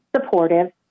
supportive